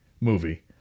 movie